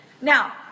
Now